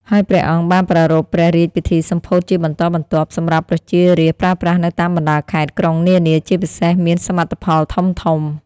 ហើយព្រះអង្គបានប្រារព្ធព្រះរាជពិធីសម្ពោធជាបន្តបន្ទាប់ សម្រាប់ប្រជា រាស្រ្តប្រើប្រាស់នៅតាមបណ្តាខេត្ត ក្រុងនានា ជាពិសេសមានសមិទ្ធផលធំៗ។